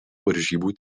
varžybų